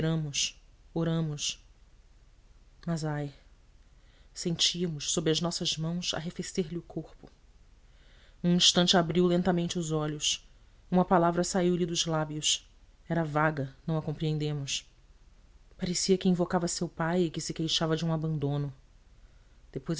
esperamos oramos mas ai sentíamos sob as nossas mãos arrefecer lhe o corpo um instante abriu lentamente os olhos uma palavra saiu-lhe dos lábios era vaga não a compreendemos parecia que invocava seu pai e que se queixava de um abandono depois